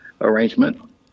arrangement